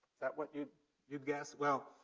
that what you'd you'd guess? well,